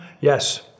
Yes